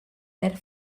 perd